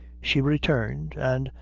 she returned and,